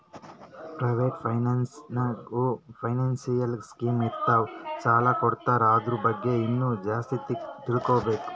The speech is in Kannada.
ಪ್ರೈವೇಟ್ ಫೈನಾನ್ಸ್ ನಾಗ್ನೂ ಫೈನಾನ್ಸಿಯಲ್ ಸ್ಕೀಮ್ ಇರ್ತಾವ್ ಸಾಲ ಕೊಡ್ತಾರ ಅದುರ್ ಬಗ್ಗೆ ಇನ್ನಾ ಜಾಸ್ತಿ ತಿಳ್ಕೋಬೇಕು